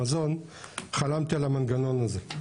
חלמתי על המנגנון הזה.